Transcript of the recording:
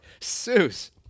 Seuss